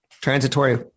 Transitory